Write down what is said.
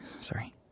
Sorry